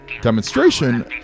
demonstration